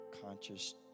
conscious